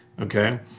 Okay